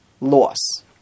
loss